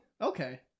Okay